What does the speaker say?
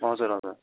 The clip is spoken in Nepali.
हजुर हजुर